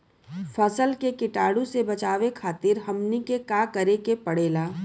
फसल के कीटाणु से बचावे खातिर हमनी के का करे के पड़ेला?